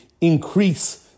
increase